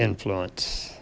influence